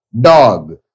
dog